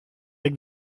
avec